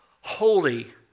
holy